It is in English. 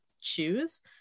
choose